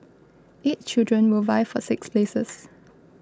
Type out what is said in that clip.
eight children will vie for six places